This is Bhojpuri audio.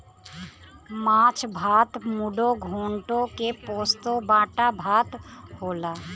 माछ भात मुडो घोन्टो के पोस्तो बाटा भात होला